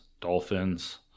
dolphins